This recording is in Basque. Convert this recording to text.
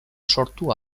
sortu